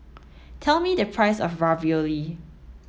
tell me the price of Ravioli